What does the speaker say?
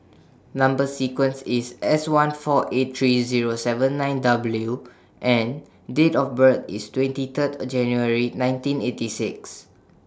Number sequence IS S one four eight three Zero seven nine W and Date of birth IS twenty Third January nineteen eighty six